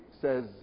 says